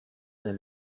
ein